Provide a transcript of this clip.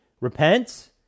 repent